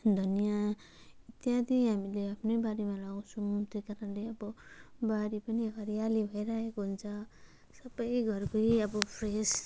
धनियाँ त्यहाँदेखि हामीले आफ्नै बारीमा लगाउँछौँ त्यही कारणले अब बारी पनि हरियाली भइरहेको हुन्छ सबै घरकै अब फ्रेस